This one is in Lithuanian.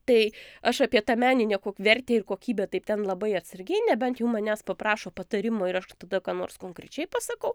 tai aš apie tą meninę vertę ir kokybę taip ten labai atsargiai nebent jau manęs paprašo patarimo ir aš tada ką nors konkrečiai pasakau